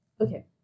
Okay